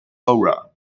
aura